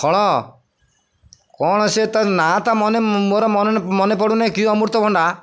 ହଳ କ'ଣ ସେ ତ ନା ତା ମନେ ମୋର ମନ ମନେ ପଡ଼ୁନାହିଁ କିଏ ଅମୃତଭଣ୍ଡା